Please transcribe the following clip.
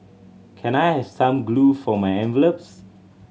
can I have some glue for my envelopes